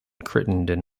crittenden